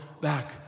back